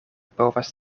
povas